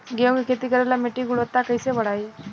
गेहूं के खेती करेला मिट्टी के गुणवत्ता कैसे बढ़ाई?